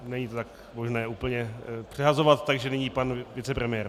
Není to tak možné úplně přehazovat, takže nyní pan vicepremiér.